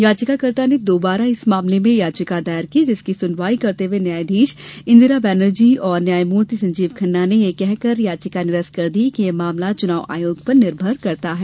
याचिकाकर्ता ने दोबारा इस मामले में याचिका दायर की जिसकी सुनवाई करते हुए न्यायाधीश इंदिरा बैनर्जी और न्यायमूर्ति संजीव खन्ना ने यह कहकर याचिका निरस्त कर दी कि ये मामला चुनाव आयोग पर निर्भर करता है